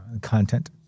content